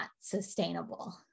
sustainable